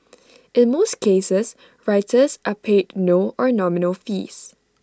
in most cases writers are paid no or nominal fees